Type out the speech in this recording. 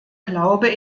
glaube